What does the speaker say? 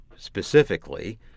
Specifically